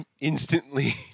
instantly